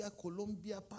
Colombia